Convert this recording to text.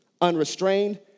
unrestrained